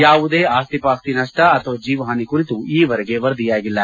ಯಾವುದೇ ಆಸ್ತಿ ಪಾಸ್ತಿ ನಷ್ಟ ಅಥವಾ ಜೀವಹಾನಿ ಕುರಿತು ಈವರೆಗೆ ವರದಿಯಾಗಿಲ್ಲ